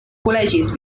col·legis